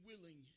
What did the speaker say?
willing